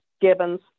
gibbons